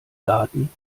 daten